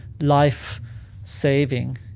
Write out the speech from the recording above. life-saving